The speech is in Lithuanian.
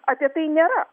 apie tai nėra